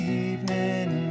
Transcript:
evening